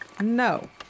No